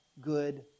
good